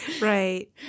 Right